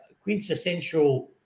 quintessential –